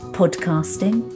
podcasting